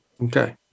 Okay